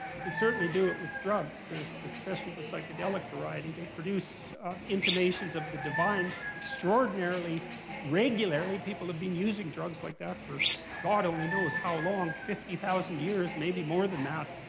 you can certainly do it with drugs. there's, especially the psychedelic variety, they produce intimations of the divine extraordinarily regularly. people have been using drugs like that for god only knows how long, fifty thousand years, maybe more than that,